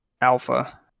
alpha